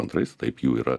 antrais taip jų yra